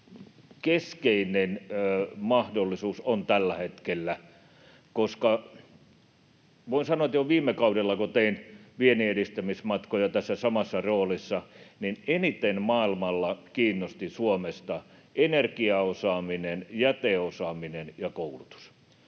keskeinen mahdollisuus on tällä hetkellä, koska voin sanoa, että jo viime kaudella, kun tein vienninedistämismatkoja tässä samassa roolissa, niin eniten maailmalla kiinnosti Suomesta energiaosaaminen, jäteosaaminen ja koulutus.